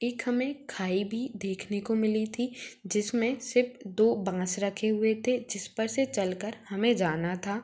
एक हमें खाई भी देखने को मिली थी जिसमें सिर्फ दो बाँस रखे हुए थे जिस पर से चल कर हमें जाना था